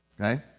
Okay